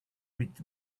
with